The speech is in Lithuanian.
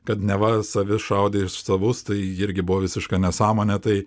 kad neva savi šaudė iš savus tai irgi buvo visiška nesąmonė tai